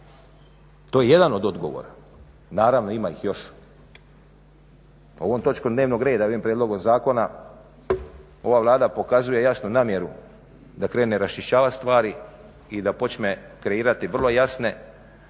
To je jedan od odgovora. Naravno ima ih još. Ovom točkom dnevnog reda, ovim prijedlogom zakona ova Vlada pokazuje jasno namjeru da krene raščišćavati stvari i da počne kreirati vrlo jasne,